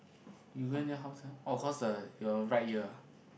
you went then how sia orh cause the your right ear ah